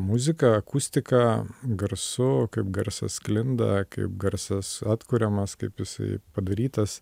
muzika akustika garsu kaip garsas sklinda kaip garsas atkuriamas kaip jisai padarytas